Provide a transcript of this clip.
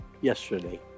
yesterday